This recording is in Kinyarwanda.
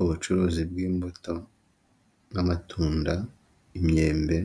Ubucuruzi bw'imbuto, nk'amatunda, imyembe,